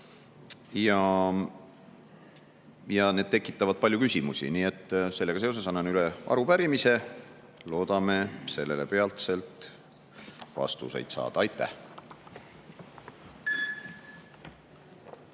ja need tekitavad palju küsimusi, nii et sellega seoses annan üle arupärimise. Loodame sellele peatselt vastuseid saada. Aitäh!